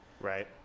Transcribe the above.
right